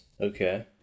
Okay